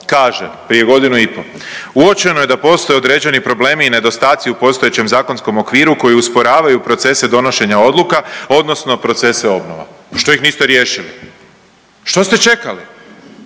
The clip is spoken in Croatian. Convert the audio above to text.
Kaže prije godinu i pol: Uočeno je da postoje određeni problemi i nedostaci u postojećem zakonskom okviru koji usporavaju procese donošenja odluka, odnosno procese obnova. Pa što ih niste riješili? Što ste čekali?